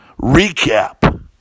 recap